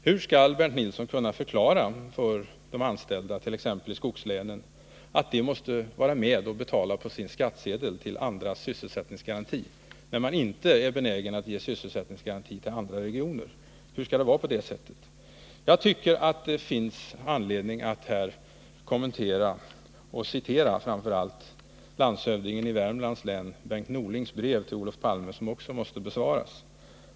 Hur skall Bernt Nilsson kunna förklara för de anställda i t.ex. skogslänen att de måste vara med och på sin skattsedel betala till andras sysselsättningsgarantier, när - socialdemokraterna inte är benägna att ge sysselsättningsgarantier till andra regioner? Skall det vara på detta sätt? Det finns anledning att här citera det brev som landshövdingen i Värmlands län Bengt Norling skrev till Olof Palme — ett brev som också måste besvaras.